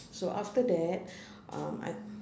so after that um I